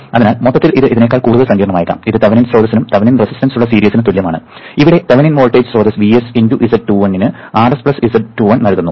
അതിനാൽ മൊത്തത്തിൽ ഇത് ഇതിനേക്കാൾ കൂടുതൽ സങ്കീർണ്ണമായേക്കാം ഇത് തെവെനിൻ സ്രോതസ്സിനും തെവെനിൻ റെസിസ്റ്റൻസ് ഉള്ള സീരീസിനും തുല്യമാണ് ഇവിടെ തെവെനിൻ വോൾട്ടേജ് സ്രോതസ് Vs × z21 ന് Rs z11 നൽകുന്നു